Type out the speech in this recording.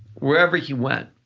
wherever he went,